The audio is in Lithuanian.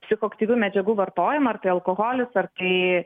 psichoaktyvių medžiagų vartojimą ar tai alkoholis ar tai